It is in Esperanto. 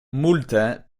multe